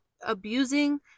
abusing